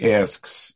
asks